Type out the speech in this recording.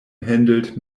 handled